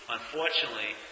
Unfortunately